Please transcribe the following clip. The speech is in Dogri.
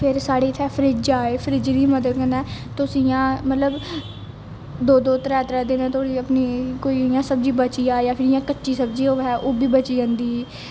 साढ़ी इत्थै फ्रिज आए फ्रिज दी मदद कन्नै तुस इया मतलब दो दो त्रै त्रै दिन तोड़ी अपनी कोई इयां सब्जी बची जाए जियां कच्ची सब्जी होवे ओ वी बची जंदी